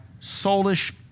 soulish